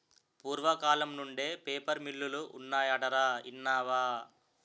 పూర్వకాలం నుండే పేపర్ మిల్లులు ఉన్నాయటరా ఇన్నావా